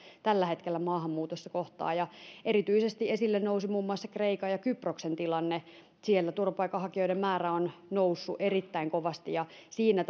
tällä hetkellä maahanmuutossa kohtaavat ja erityisesti esille nousi muun muassa kreikan ja kyproksen tilanne siellä turvapaikanhakijoiden määrä on noussut erittäin kovasti ja siinä